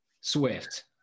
swift